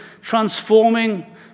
transforming